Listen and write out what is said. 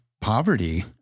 poverty